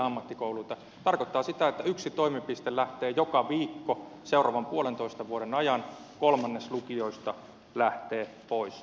se tarkoittaa sitä että yksi toimipiste lähtee joka viikko seuraavan puolentoista vuoden ajan kolmannes lukioista lähtee pois